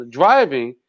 driving